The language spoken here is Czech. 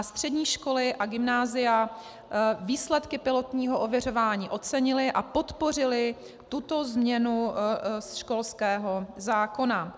Střední školy a gymnázia výsledky pilotního ověřování ocenily a podpořily tuto změnu školského zákona.